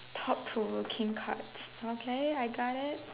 top thrower King cards okay I got it